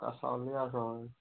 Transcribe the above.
कासावलीं आसा हय